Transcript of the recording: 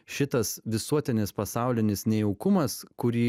šitas visuotinis pasaulinis nejaukumas kurį